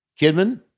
Kidman